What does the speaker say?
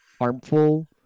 harmful